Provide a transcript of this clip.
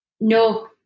No